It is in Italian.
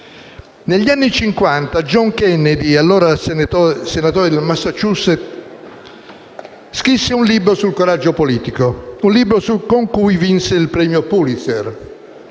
Negli anni Cinquanta John Kennedy, allora senatore del Massachusetts, scrisse un libro sul coraggio politico, un libro con cui vinse il premio Pulitzer.